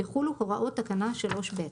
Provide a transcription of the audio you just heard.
יחולו הוראת תקנה 3(ב).